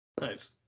Nice